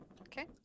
Okay